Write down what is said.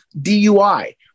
DUI